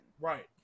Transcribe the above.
Right